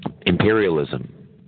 imperialism